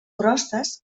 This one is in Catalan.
crostes